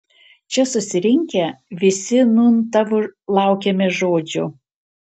čia susirinkę visi nūn tavo laukiame žodžio